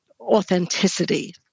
authenticity